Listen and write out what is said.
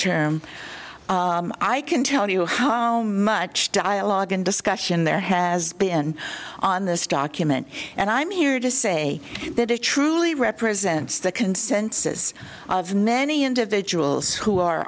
term i can tell you how much dialogue and discussion there has been on this document and i'm here to say that it truly represents the consensus of many individuals who are